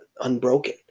unbroken